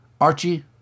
Archie